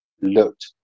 looked